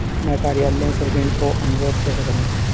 मैं कार्यालय से ऋण का अनुरोध कैसे करूँ?